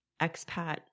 expat